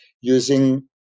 using